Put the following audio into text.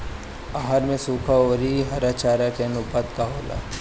आहार में सुखा औरी हरा चारा के आनुपात का होला?